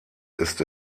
ist